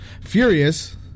Furious